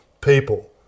people